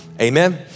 Amen